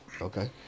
Okay